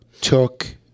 took